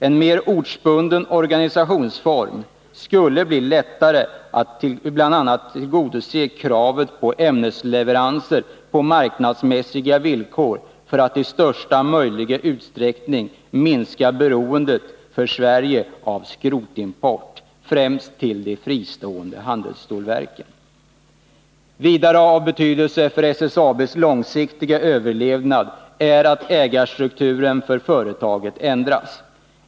En mer ortsbunden organisationsform skulle bl.a. lättare tillgodose kravet på ämnesleveranser på marknadsmässiga villkor, vilket är viktigt för att i största möjliga utsträckning minska Sveriges beroende av skrotimport, främst till de fristående handelsstålverken. Av betydelse för SSAB:s långsiktiga överlevnad är vidare att företagets ägarstruktur ändras.